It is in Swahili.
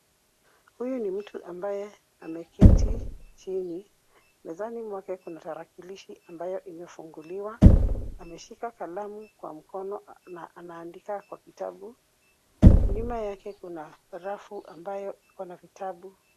Huyu ni mtu ambaye ameketi chini. Mezani mwake kuna tarakilishi ambayo imefunguliwa. Ameshika kalamu kwa mkono na anaandika kwa kitabu. Nyuma yake kuna rafu ambayo iko na vitabu.